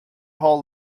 hall